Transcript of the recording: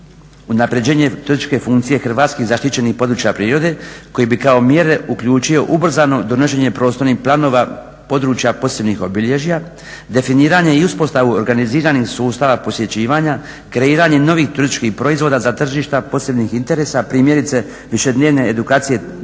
unapređenje turističke funkcije hrvatskih zaštićenih područja prirode koje bi kao mjere uključio ubrzano donošenje prostornih planova područja posebnih obilježja, definiranje i uspostavu organiziranih sustava posjećivanja, kreiranje novih turističkih proizvoda za tržišta posebnih interesa primjerice višednevne edukacije